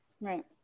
Right